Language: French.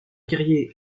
guerrier